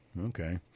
okay